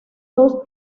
dos